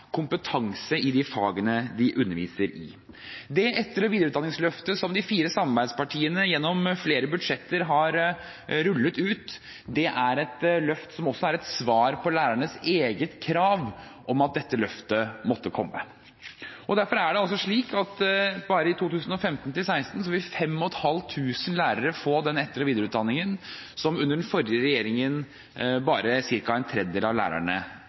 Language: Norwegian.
kompetanse i de fagene de underviser i. Det etter- og videreutdanningsløftet som de fire samarbeidspartiene gjennom flere budsjetter har rullet ut, er et løft som også er et svar på lærernes eget krav om at dette løftet måtte komme. Derfor er det altså slik at bare i 2015–2016 vil 5 500 lærere få den etter- og videreutdanningen som under den forrige regjeringen bare ca. en tredjedel av lærerne